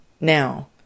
now